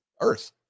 earth